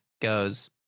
goes